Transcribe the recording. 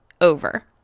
over